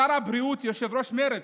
שר הבריאות, יושב-ראש מרצ,